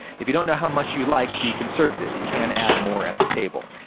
if you don't know how much you like, be conservative. you can add more at the table.